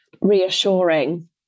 reassuring